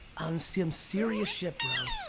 honestly, i'm serious shit bro.